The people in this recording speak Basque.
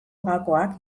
gakoak